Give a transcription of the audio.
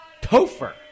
Topher